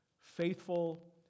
Faithful